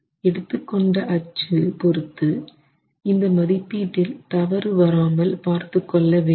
எடுத்து கொண்ட அச்சு பொருத்து இந்த மதிப்பீட்டில் தவறு வராமல் பார்த்துக் கொள்ள வேண்டும்